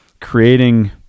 creating